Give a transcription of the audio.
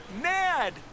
Ned